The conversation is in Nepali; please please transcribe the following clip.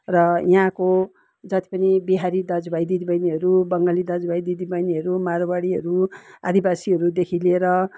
र यहाँको जति पनि बिहारी दाजुभाइ दिदीबहिनीहरू बङ्गाली दाजुभाइ दिदीबहिनीहरू माडवाडीहरू आदिवासीहरूदेखि लिएर